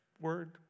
word